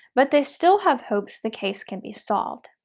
but they still have hopes the case can be solved.